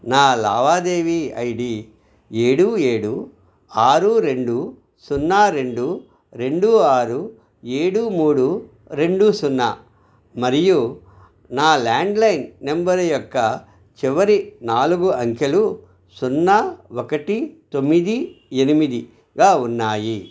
నా లావాదేవీ ఐడి ఏడు ఏడు ఆరు రెండు సున్నా రెండు రెండు ఆరు ఏడు మూడు రెండు సున్నా మరియు నా ల్యాండ్లైన్ నంబర్ యొక్క చివరి నాలుగు అంకెలు సున్నా ఒకటి తొమ్మిది ఎనిమిదిగా ఉన్నాయి